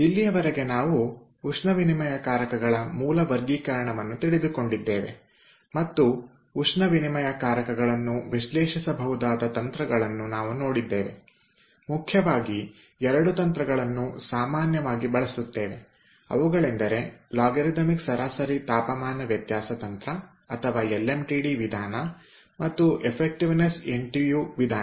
ಇಲ್ಲಿಯವರೆಗೆ ನಾವು ಉಷ್ಣ ವಿನಿಮಯಕಾರಕಗಳ ಮೂಲ ವರ್ಗೀಕರಣವನ್ನು ತಿಳಿದುಕೊಂಡಿದ್ದೇವೆ ಮತ್ತು ಉಷ್ಣವಿನಿಮಯಕಾರಕಗಳನ್ನು ವಿಶ್ಲೇಷಿಸಬಹುದಾದ ತಂತ್ರಗಳನ್ನು ನಾವು ನೋಡಿದ್ದೇವೆ ಮುಖ್ಯವಾಗಿ 2 ತಂತ್ರಗಳನ್ನು ಸಾಮಾನ್ಯವಾಗಿ ಬಳಸುತ್ತೇವೆ ಅವುಗಳೆಂದರೆ ಲಾಗರಿದಮಿಕ್ ಸರಾಸರಿ ತಾಪಮಾನ ವ್ಯತ್ಯಾಸ ತಂತ್ರ ಅಥವಾ ಎಲ್ ಎಂ ಟಿ ಡಿ ವಿಧಾನ ಮತ್ತು ಎಫೆಕ್ಟಿವನೆಸ್ ಎನ್ ಟಿ ಯು ವಿಧಾನ